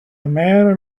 man